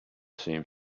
seemed